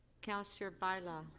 counselor bylaw,